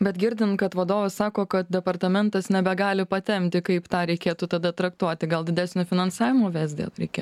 bet girdint kad vadovas sako kad departamentas nebegali patempti kaip tą reikėtų tada traktuoti gal didesnio finansavimo vsdf reikia